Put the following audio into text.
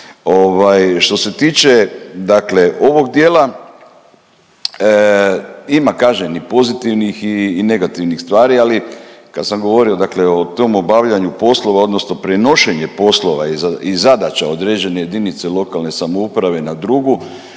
Što se tiče dakle ovog dijela, ima kažem i pozitivnih i negativnih stvari, ali kad sam govorio o tom obavljanju poslova odnosno prenošenje poslova i zadaća određene jedinice lokalne samouprave na drugu,